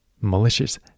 malicious